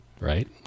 right